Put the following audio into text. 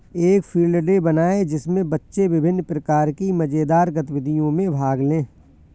एक field day बनाएं जिसमें बच्चे विभिन्न प्रकार की मजेदार गतिविधियों में भाग लें